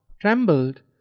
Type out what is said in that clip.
trembled